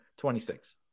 26